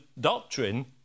doctrine